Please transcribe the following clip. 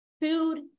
Food